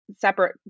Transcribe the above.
separate